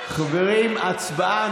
חברים, הצבעה.